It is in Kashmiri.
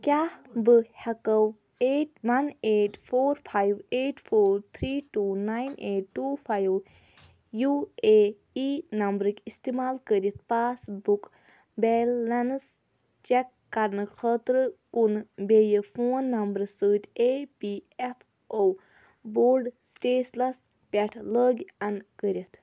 کیٛاہ بہٕ ہٮ۪کو eight one eight four five eight four three two nine eight two five U A E نَمبرٕکۍ اِستعمال کٔرِتھ پاس بُک بیلَنٕس چَک کَرنہٕ خٲطرٕ کُنہٕ بیٚیہِ فون نَمبرٕ سۭتۍ اے پی اٮ۪ف او بوٚڑ سٕٹیسلَس پٮ۪ٹھ لٲگۍ اَن کٔرِتھ